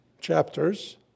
chapters